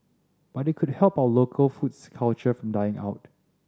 but it could help our local food's culture from dying out